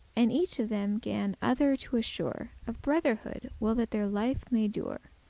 and each of them gan other to assure of brotherhood while that their life may dure.